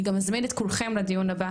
אני גם אזמין את כולכם לדיון הבא,